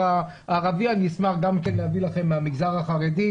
הערבי אשמח גם להביא לכם מהמגזר החרדי,